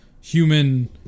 human